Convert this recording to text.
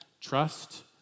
Trust